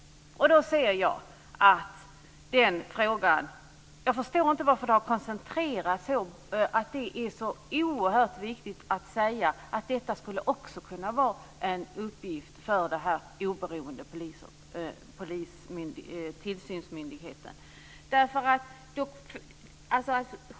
Jag förstår inte att det är så oerhört viktigt att säga att internutredningar också skulle kunna vara en uppgift för den oberoende tillsynsmyndigheten.